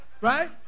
right